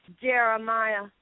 Jeremiah